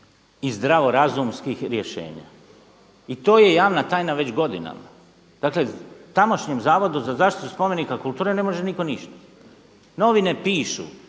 i zdravo razumskih rješenja i to je javna tajna već godinama. Dakle, tamošnjem Zavodu za zaštitu spomenika kulture ne može nitko ništa. Novine pišu,